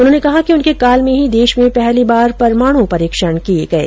उन्होंने कहा कि उनके काल में ही देश में पहली बार परमाण परीक्षण किये गये